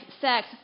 sex